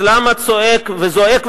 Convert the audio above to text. אז למה צועק וזועק,